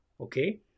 Okay